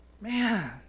Man